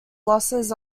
losses